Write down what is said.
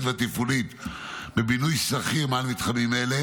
והתפעולית בבינוי שטחים על מתחמים אלה